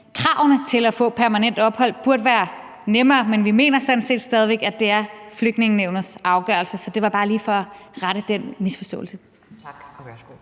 kravene til at få permanent ophold burde være nemmere. Men vi mener sådan set stadig væk, at det er Flygtningenævnets afgørelse. Så det var bare lige for at rette den misforståelse. Kl.